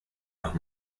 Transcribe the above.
los